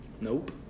nope